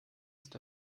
ist